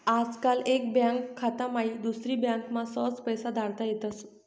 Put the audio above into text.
आजकाल एक बँक खाता माईन दुसरी बँकमा सहज पैसा धाडता येतस